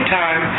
time